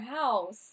house